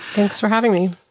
thanks for having me.